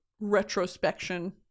retrospection